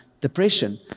depression